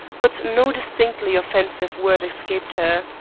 but no distinctly offensive word escaped her.